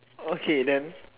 okay then